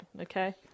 Okay